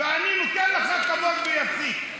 אני נותן לך כבוד ואני אפסיק,